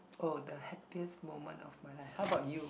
oh the happiest moment of my life how about you